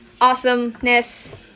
awesomeness